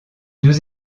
deux